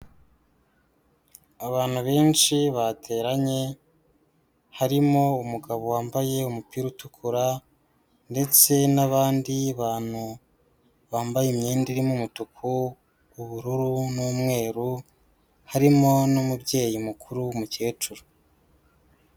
Abantu benshi bateranye, harimo umugabo wambaye umupira utukura ndetse n'abandi bantu bambaye imyenda irimo umutuku, ubururu n'umweru, harimo n'umubyeyi mukuru w'umukecuru.